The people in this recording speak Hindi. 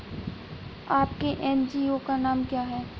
आपके एन.जी.ओ का नाम क्या है?